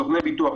סוכני ביטוח,